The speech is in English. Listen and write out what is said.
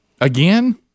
again